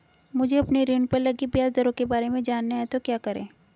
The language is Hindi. मुझे अपने ऋण पर लगी ब्याज दरों के बारे में जानना है तो क्या करें?